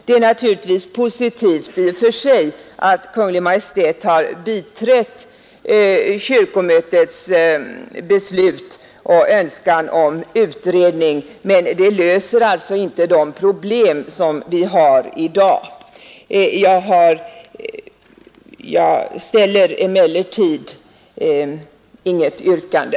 Det är naturligtvis positivt i och för sig att Kungl. Maj:t har biträtt kyrkomötets beslut och önskan om utredning, men det löser alltså inte de problem som vi har i dag. Jag ställer emellertid intet yrkande.